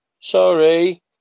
Sorry